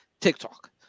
TikTok